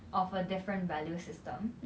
of a different value system